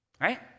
Right